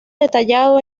detallado